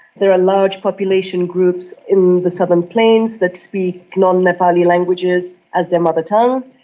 there are large population groups in the southern plains that speak non-nepali languages as their mother tongue.